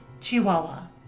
chihuahua